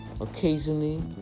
occasionally